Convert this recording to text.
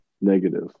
negative